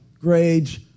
grades